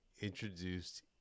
introduced